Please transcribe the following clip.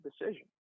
decision